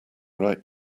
right